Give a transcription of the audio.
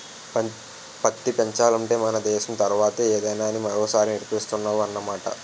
పత్తి పెంచాలంటే మన దేశం తర్వాతే ఏదైనా అని మరోసారి నిరూపిస్తున్నావ్ అన్నమాట